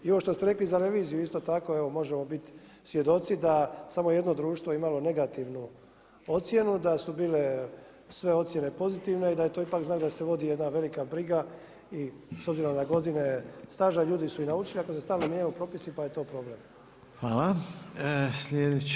I ovo što ste rekli, za reviziju isto tako, evo možemo biti svjedoci da samo jedno društvo imalo negativnu ocjenu, da su bile sve ocjene pozitivne i da je to ipak znak, da se vodi jedna velika briga i s obzirom na godine staža, ljudi su i naučili, ako se stalno mijenjaju propisi, pa je to problem.